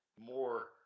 more